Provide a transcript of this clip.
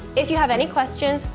if you have any questions,